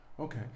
Okay